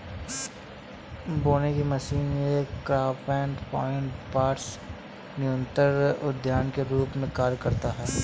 बोने की मशीन ये कॉम्पैक्ट प्लांटर पॉट्स न्यूनतर उद्यान के रूप में कार्य करते है